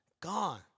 gone